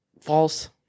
False